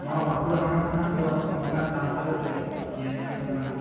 ᱱᱚᱣᱟ ᱵᱟᱸᱠᱩᱲᱟ ᱦᱚᱱᱚᱛ ᱨᱮᱱᱟᱜ ᱫᱚ ᱱᱚᱝᱠᱟᱱ ᱜᱟᱶᱛᱟ ᱠᱩᱜᱤ ᱧᱮᱞ ᱧᱟᱢᱚᱜ ᱠᱟᱱᱟ